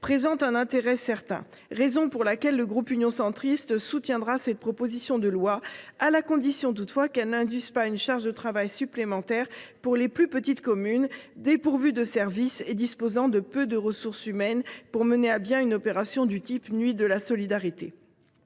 présente un intérêt certain. Pour cette raison, le groupe Union Centriste soutiendra cette proposition de loi à la condition qu’elle n’induise pas une charge de travail supplémentaire pour les plus petites communes, dépourvues de services et disposant de peu de ressources humaines pour mener à bien une opération du type Nuit de la solidarité.